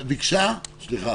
בבקשה.